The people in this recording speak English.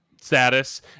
status